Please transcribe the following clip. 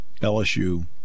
LSU